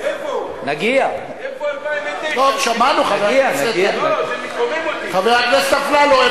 טוב, שמענו, חבר הכנסת אפללו.